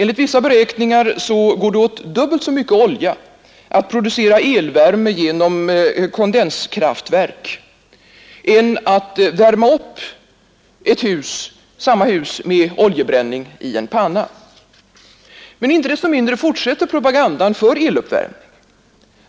Enligt vissa beräkningar går det åt dubbelt så mycket olja till att producera elvärme genom kondenskraftverk som till att värma upp samma hus med oljebränning i en panna. Men inte desto mindre fortsätter propagandan för eluppvärmning.